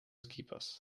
skipas